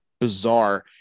bizarre